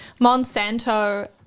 Monsanto